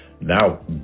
now